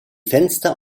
fenster